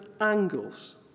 angles